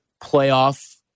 playoff